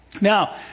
Now